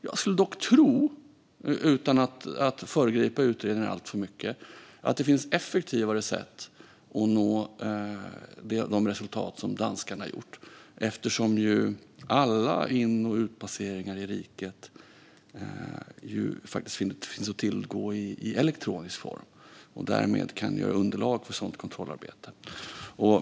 Jag skulle dock tro, utan att föregripa utredningen alltför mycket, att det finns effektivare sätt att nå de resultat som danskarna har gjort, eftersom ju alla in och utpasseringar i riket faktiskt finns att tillgå i elektronisk form och därmed kan utgöra underlag för ett sådant kontrollarbete.